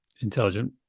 intelligent